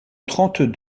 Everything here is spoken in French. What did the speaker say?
trente